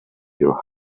your